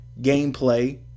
gameplay